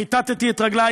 כיתתי את רגלי,